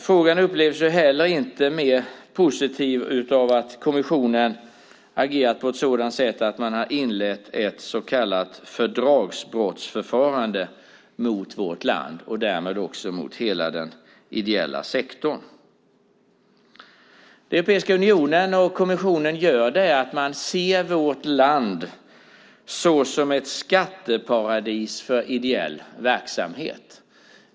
Frågan upplevs heller inte mer positiv av att kommissionen agerat på ett sådant sätt att man har inlett ett så kallat fördragsbrottsförfarande mot vårt land och därmed också mot hela den ideella sektorn. Det Europeiska unionen och kommissionen gör är att se vårt land som ett skatteparadis för ideell verksamhet.